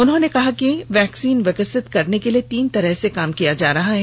उन्होंने कहा कि वैक्सीन विकसित करने के लिए तीन तरह से काम किया जा रहा है